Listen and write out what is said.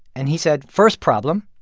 and he said, first problem,